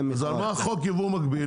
אז על מה חוק יבוא מקביל?